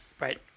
Right